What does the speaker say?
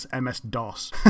MS-DOS